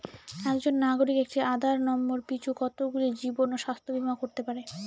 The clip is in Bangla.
একজন নাগরিক একটি আধার নম্বর পিছু কতগুলি জীবন ও স্বাস্থ্য বীমা করতে পারে?